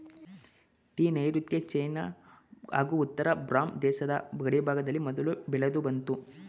tea ನೈರುತ್ಯ China ಹಾಗೂ ಉತ್ತರ ಬರ್ಮ ದೇಶದ ಗಡಿಭಾಗದಲ್ಲಿ ಮೊದಲು ಬೆಳೆದುಬಂತು